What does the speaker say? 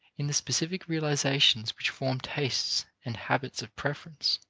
in the specific realizations which form tastes and habits of preference.